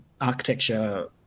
architecture